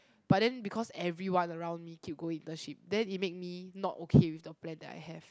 but then because everyone around me keep go internship then it make me not okay with the plan that I have